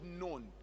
known